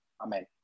Amen